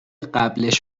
قبلش